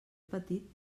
petit